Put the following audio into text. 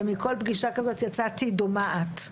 ומכל פגישה כזאת יצאתי דומעת.